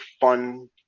fun